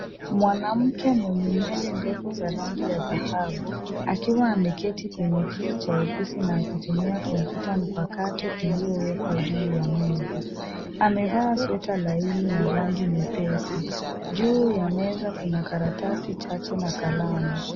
Mwanamke mwenye nywele ndefu za rangi ya dhahabu, akiwa ameketi kwenye kiti cha ofisi na akitumia kompyuta mpakato iliyowekwa juu ya meza. Amevaa sweta laini ya rangi nyepesi. Juu ya meza kuna karatasi chache na kalamu.